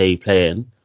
playing